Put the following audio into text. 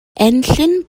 enllyn